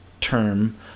term